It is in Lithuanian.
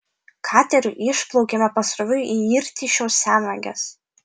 kateriu išplaukėme pasroviui į irtyšiaus senvages